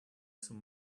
some